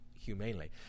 humanely